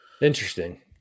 Interesting